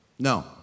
No